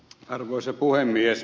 arvoisa puhemies